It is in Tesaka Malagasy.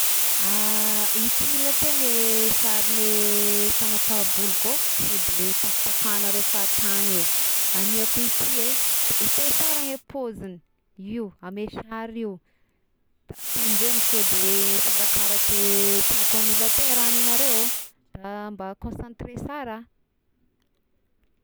Ah ity lahateo gne sarigne fanam-pahabolo kô, sode ho tapatapahagnareo fahatagny eo, agny ako ity eh, hit- hiteo sara ny pôzigny, io ame sary io, da tandremo so de sy arakaraky le tiako anila atao raha ny nareo ôh, da mba concentré sara.